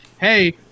Hey